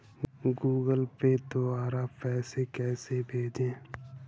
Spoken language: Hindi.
गूगल पे द्वारा पैसे कैसे भेजें?